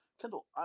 Kendall